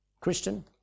Christian